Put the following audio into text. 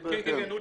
כן, כן.